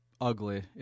ugly